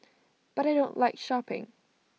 but I don't like shopping